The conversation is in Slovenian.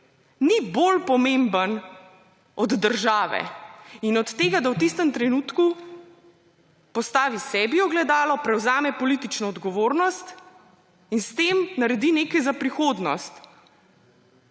niso bolj pomembni od države in od tega, da v tistem trenutku postavi sebi ogledalo, prevzame politično odgovornost in s tem naredi nekaj za prihodnost.